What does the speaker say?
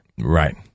Right